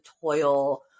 toil